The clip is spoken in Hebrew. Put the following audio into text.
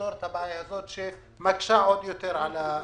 לפתור את הבעיה הזאת שמקשה עוד יותר על האנשים.